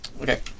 Okay